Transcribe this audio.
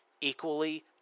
equally